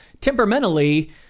temperamentally